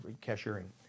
cashiering